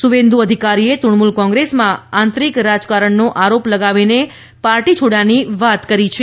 સુવેન્દુ અધિકારીએ તૃણમૂલ કોંગ્રેસમાં આંતરિક રાજકારણનો આરોપ લગાવીને પાર્ટી છોડ્યાની વાત કરી છે